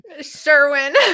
Sherwin